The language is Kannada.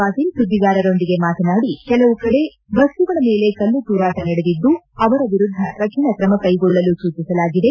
ಪಾಟೀಲ್ ಸುದ್ಲಿಗಾರರೊಂದಿಗೆ ಮಾತನಾಡಿ ಕೆಲವು ಕಡೆ ಬಸ್ತುಗಳ ಮೇಲೆ ಕಲ್ಲು ತೂರಾಟ ನಡೆದಿದ್ಲು ಅವರ ವಿರುದ್ಲ ಕಠಣ ಕ್ರಮ ಕೈಗೊಳ್ಳಲು ಸೂಚಿಸಲಾಗಿದೆ